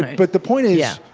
but the point is, yeah